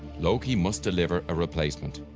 loki must deliver a replacement.